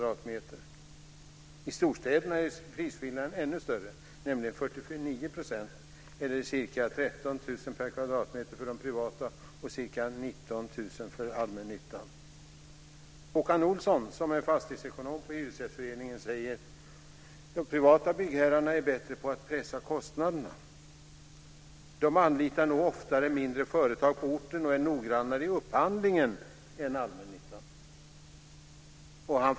storstäderna är prisskillnaden ännu större, nämligen Håkan Olsson, fastighetsekonom hos Hyresgästföreningen, säger: "De privata byggherrarna är bättre på att pressa kostnaderna. De anlitar nog oftare mindre företag på orten och är noggrannare i upphandlingen än allmännyttan."